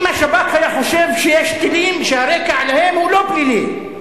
אם השב"כ היה חושב שיש טילים שהרקע להם הוא לא פלילי,